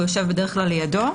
הוא יושב בדרך כלל לידו.